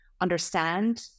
understand